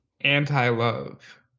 anti-love